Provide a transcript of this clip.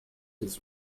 his